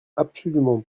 absolument